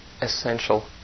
essential